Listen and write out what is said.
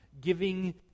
giving